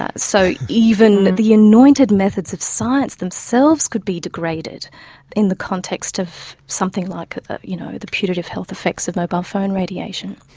ah so even the anointed methods of science themselves could be degraded in the context of something like the you know the putative health effects of mobile phone radiation.